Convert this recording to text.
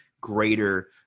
greater